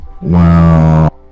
Wow